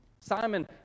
Simon